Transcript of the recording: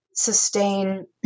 Sustain